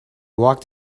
walked